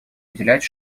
уделять